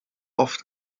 oft